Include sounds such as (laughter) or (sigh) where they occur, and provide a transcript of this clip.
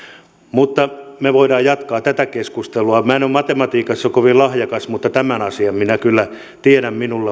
mutta me voimme jatkaa tätä keskustelua minä en ole matematiikassa kovin lahjakas mutta tämän asian minä kyllä tiedän minulle (unintelligible)